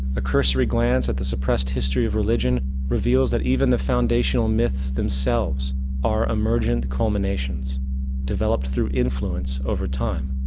a cursory glance at the suppressed history of religion reveals that even the foundational myths themselves are emergent culminations developed through influence over time.